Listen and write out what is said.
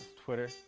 twitter.